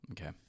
Okay